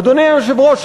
אדוני היושב-ראש,